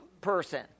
person